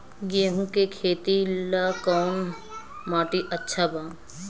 गेहूं के खेती ला कौन माटी अच्छा बा?